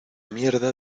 mierda